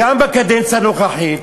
גם בקדנציה הנוכחית.